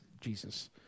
Jesus